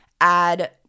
add